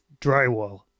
drywall